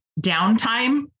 downtime